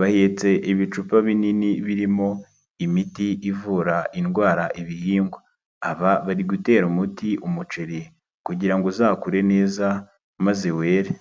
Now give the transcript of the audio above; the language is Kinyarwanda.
bahetse ibicupa binini birimo imiti ivura indwara ibihingwa, aba bari gutera umuti umuceri kugira ngo uzakure neza maze were.